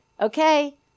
okay